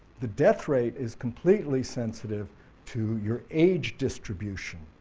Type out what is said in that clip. the death rate is completely sensitive to your age distribution,